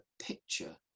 picture